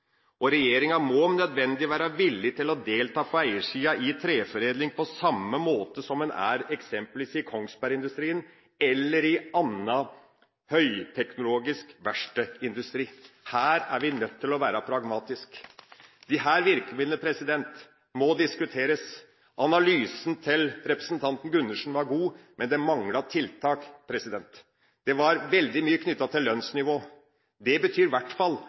og regjeringa må nødvendigvis være villig til å delta på eiersida innen treforedling – på samme måte som en er eksempelvis i Kongsbergindustrien eller i annen høyteknologisk verkstedindustri. Her er vi nødt til å være pragmatiske. Disse virkemidlene må diskuteres. Analysen til representanten Gundersen var god, men den manglet tiltak. Det var veldig mye knyttet til lønnsnivå. Det betyr i hvert fall